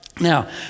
Now